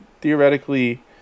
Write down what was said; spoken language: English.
theoretically